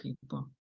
people